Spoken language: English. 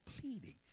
pleading